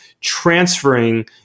transferring